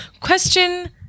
question